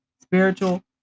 spiritual